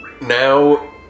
Now